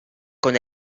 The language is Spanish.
con